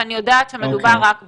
ואני יודעת שמדובר רק בקורונה.